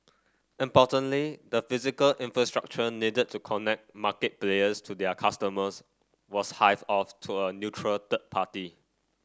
importantly the physical infrastructure needed to connect market players to their customers was hived off to a neutral third party